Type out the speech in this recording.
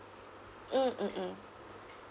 mm mm mm